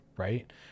Right